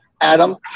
Adam